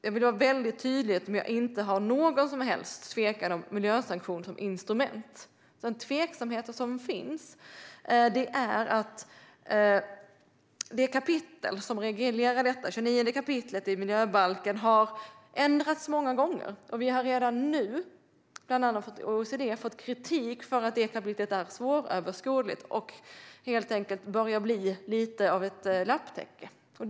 Jag vill vara väldigt tydlig med att jag inte har någon som helst tvekan om miljösanktioner som instrument. De tveksamheter som finns gäller det kapitel som reglerar detta: 29 kap. i miljöbalken. Det har ändrats många gånger. Vi har redan nu, bland annat av OECD, fått kritik för att det kapitlet är svåröverskådligt. Det börjar helt enkelt bli lite av ett lapptäcke.